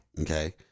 Okay